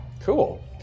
Cool